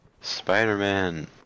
Spider-Man